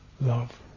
love